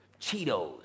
Cheetos